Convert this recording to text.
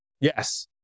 Yes